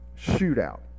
shootout